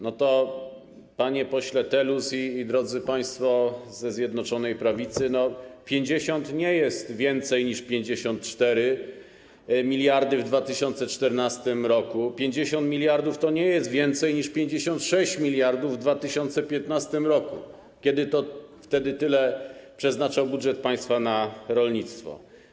No, panie pośle Telus i drodzy państwo ze Zjednoczonej Prawicy, 50 mld to nie jest więcej niż 54 mld w 2014 r., 50 mld to nie jest więcej niż 56 mld w 2015 r., kiedy to tyle przeznaczał budżet państwa na rolnictwo.